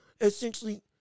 essentially